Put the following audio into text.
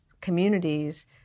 communities